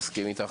מסכים איתך.